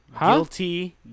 Guilty